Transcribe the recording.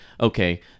okay